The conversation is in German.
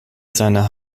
seiner